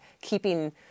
keeping